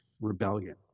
rebellion